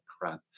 crap